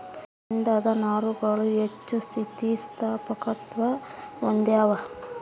ಕಾಂಡದ ನಾರುಗಳು ಹೆಚ್ಚು ಸ್ಥಿತಿಸ್ಥಾಪಕತ್ವ ಹೊಂದ್ಯಾವ